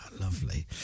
Lovely